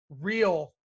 real